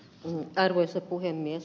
arvoisa puhemies